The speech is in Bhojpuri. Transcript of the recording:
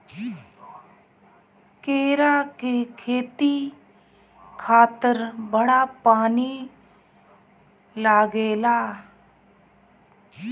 केरा के खेती खातिर बड़ा पानी लागेला